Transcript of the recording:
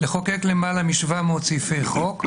לחוקק למעלה מ-700 סעיפי חוק,